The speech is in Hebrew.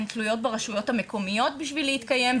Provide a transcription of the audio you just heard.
הן תלויות ברשויות המקומיות כדי להתקיים,